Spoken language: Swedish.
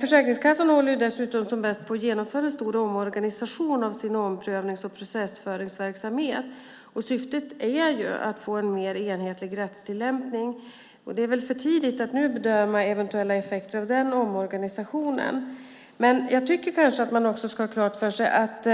Försäkringskassan håller dessutom som bäst på med en stor omorganisation av sin omprövnings och processföringsverksamhet. Syftet är att få en mer enhetlig rättstillämpning. Det är väl för tidigt att nu bedöma eventuella effekter av den omorganisationen. Men jag tycker kanske att man också ska ha klart för sig att